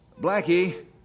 Blackie